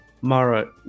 Mara